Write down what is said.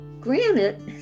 Granite